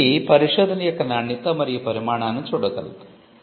ఇది పరిశోధన యొక్క నాణ్యత మరియు పరిమాణాన్ని చూడగలదు